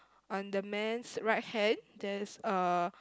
on the man's right hand there's a